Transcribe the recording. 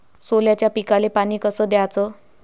सोल्याच्या पिकाले पानी कस द्याचं?